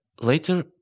later